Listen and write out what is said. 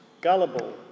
gullible